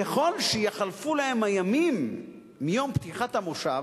ככל שיחלפו להם הימים מיום פתיחת המושב,